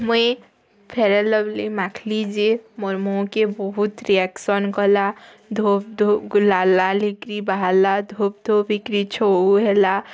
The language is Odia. ମୁଇଁ ଫେରେନ୍ଲବ୍ଲି ମାଖିଲି ଯେ ମୋର୍ ମୁହୁଁକେ ବହୁତ୍ ରିଆକ୍ସନ୍ କଲା ଧୋପ୍ ଧୋପ୍ ଗୁ ଲାଲ୍ ଲାଲ୍ ହୋଇକିରି ବାହାରିଲା ଧୋପ୍ ଧୋପ୍ ହୋଇକିରି ଛଉ ହେଲା